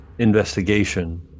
investigation